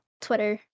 Twitter